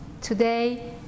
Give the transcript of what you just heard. Today